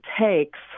takes